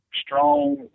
Strong